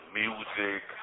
music